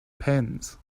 pens